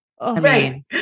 Right